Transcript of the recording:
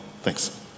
thanks